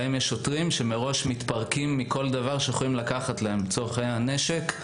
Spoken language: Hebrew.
בהם שוטרים שמראש מתפרקים מכל דבר שיכולים לקחת מהם: נשק,